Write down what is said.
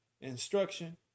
instruction